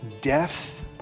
death